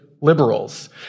liberals